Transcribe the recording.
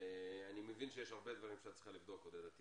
אני מבין שיש הרבה דברים שאת צריכה לבדוק, עודדה.